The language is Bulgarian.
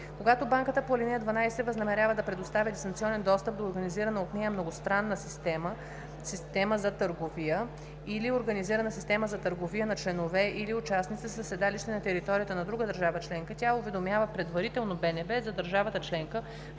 Когато банката по ал. 12 възнамерява да предоставя дистанционен достъп до организирана от нея многостранна система за търговия или организирана система за търговия на членове или участници със седалище на територията на друга държава членка, тя уведомява предварително БНБ за държавата членка,